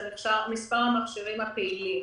הוא מספר המכשירים הפעילים.